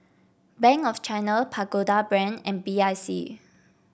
Bank of China Pagoda Brand and B I C